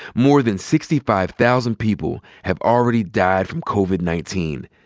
more than sixty five thousand people have already died from covid nineteen.